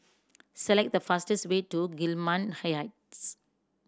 select the fastest way to Gillman Hay Heights